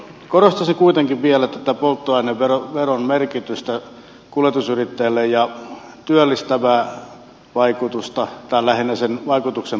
korostaisin kuitenkin vielä tätä polttoaineveron merkitystä kuljetusyrittäjälle ja työllistävää vaikutusta tai lähinnä sen vaikutuksen puuttumista